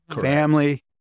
family